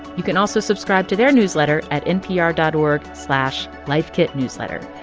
you can also subscribe to their newsletter at npr dot org slash lifekitnewsletter.